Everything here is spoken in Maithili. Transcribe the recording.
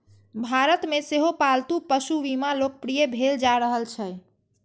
भारत मे सेहो पालतू पशु बीमा लोकप्रिय भेल जा रहल छै